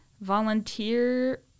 volunteer